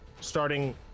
starting